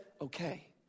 okay